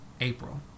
April